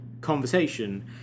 conversation